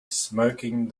smoking